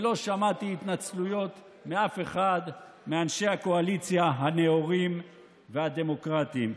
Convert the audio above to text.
ולא שמעתי התנצלויות מאף אחד מאנשי הקואליציה הנאורים והדמוקרטים.